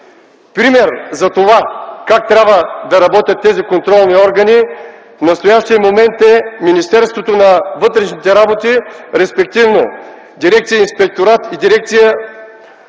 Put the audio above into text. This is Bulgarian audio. Пример за това как трябва да работят тези контролни органи в настоящия момент е Министерството на вътрешните работи, респективно дирекция „Инспекторат” и дирекция